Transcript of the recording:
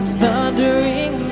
thundering